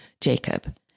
Jacob